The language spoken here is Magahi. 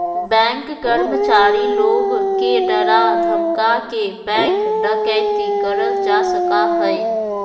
बैंक कर्मचारी लोग के डरा धमका के बैंक डकैती करल जा सका हय